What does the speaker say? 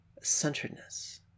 centeredness